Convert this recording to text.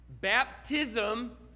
baptism